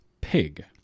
Pig